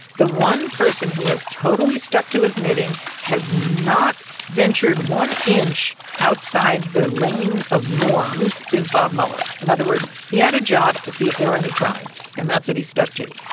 the one person who has totally stuck to his knitting, has not ventured one inch outside the lane of norms is bob mueller. in other words, he had a job to see if there were any crimes. and that's what he stuck to.